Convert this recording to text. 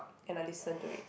and I listen to it